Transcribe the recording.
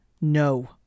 No